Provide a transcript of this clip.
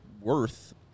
worth